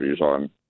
on